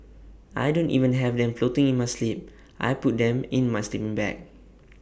I don't even have them floating in my sleep I put them in my sleeping bag